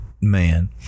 man